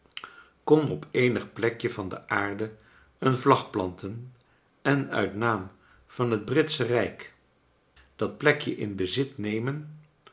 kon op eenig plekje van de aarde een vlag planten en uit naam van het britsche rijk dat plekje in bezit nemen